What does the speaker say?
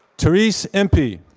therese empie.